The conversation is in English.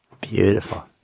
Beautiful